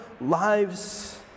lives